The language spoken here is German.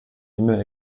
immer